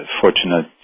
fortunate